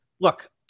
look